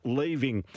leaving